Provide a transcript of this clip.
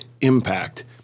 impact